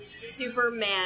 Superman